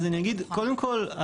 קודם כל,